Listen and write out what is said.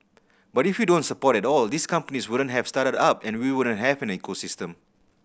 but if you don't support at all these companies wouldn't have started up and we wouldn't have an ecosystem